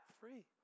free